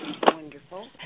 Wonderful